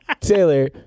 Taylor